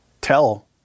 tell